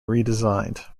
redesigned